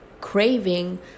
craving